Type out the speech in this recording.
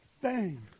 Bang